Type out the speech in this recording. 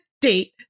date